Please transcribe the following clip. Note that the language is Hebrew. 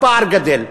והפער גדֵל.